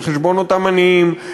על חשבון אותם עניים,